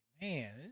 Man